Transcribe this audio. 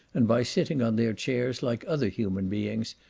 and by sitting on their chairs like other human beings,